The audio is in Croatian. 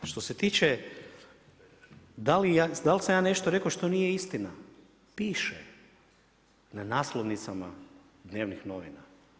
Što se tiče da li sam ja nešto rekao što nije istina, piše na naslovnicama dnevnih novina.